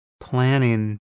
planning